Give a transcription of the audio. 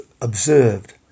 Observed